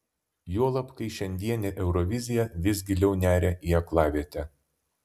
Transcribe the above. juolab kai šiandienė eurovizija vis giliau neria į aklavietę